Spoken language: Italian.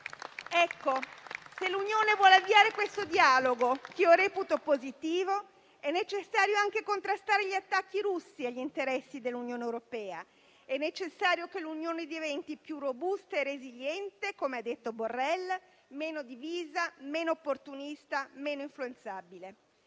Ebbene, se l'Unione vuole avviare questo dialogo, che io reputo positivo, è necessario anche contrastare gli attacchi russi agli interessi dell'Unione europea, è necessario che l'Unione diventi più robusta e resiliente, come ha detto Borrell, meno divisa, meno opportunista e meno influenzabile.